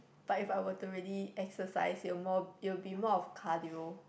but if I were to really exercise it will more it will be more of cardio